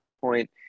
point